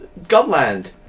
Gunland